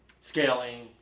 scaling